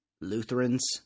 Lutherans